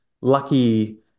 lucky